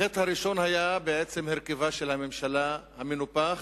החטא הראשון היה הרכבה של הממשלה, המנופח,